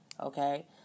Okay